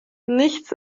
nichts